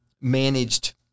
managed